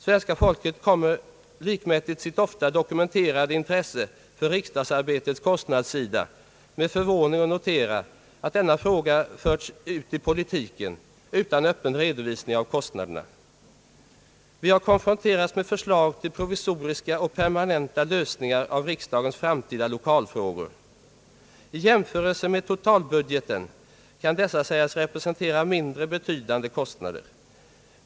Svenska folket kommer lik mätigt sitt ofta dokumenterade intresse för riksdagsarbetets kostnadssida att med förvåning notera att denna fråga förts ut i politiken utan öppen redovisning av kostnaderna. Vi har konfronterats med förslag till provisoriska och permanenta lösningar av riksdagens framtida lokalfrågor. I jämförelse med totalbudgeten kan dessa sägas representera mindre betydande kostnader.